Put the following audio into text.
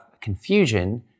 confusion